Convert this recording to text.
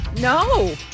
No